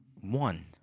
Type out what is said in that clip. One